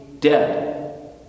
dead